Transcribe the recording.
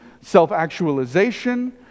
self-actualization